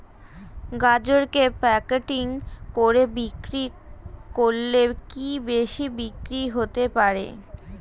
গাজরকে প্যাকেটিং করে বিক্রি করলে কি বেশি বিক্রি হতে পারে?